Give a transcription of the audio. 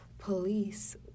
police